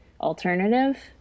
alternative